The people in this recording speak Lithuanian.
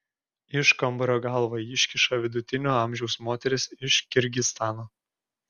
iš kambario galvą iškiša vidutinio amžiaus moteris iš kirgizstano